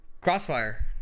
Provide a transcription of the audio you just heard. Crossfire